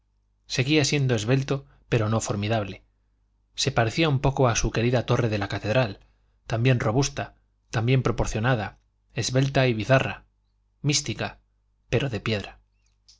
seguía siendo esbelto pero no formidable se parecía un poco a su querida torre de la catedral también robusta también proporcionada esbelta y bizarra mística pero de piedra